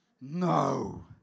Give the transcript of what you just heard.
No